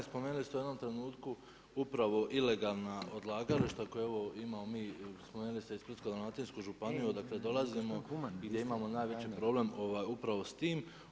Spomenuli ste u jednom trenutku upravo ilegalna odlagališta koja evo imamo mi, spomenuli ste i Splitsko-dalmatinsku županiju odakle dolazimo i gdje imamo najveći problem upravo sa time.